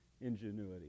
ingenuity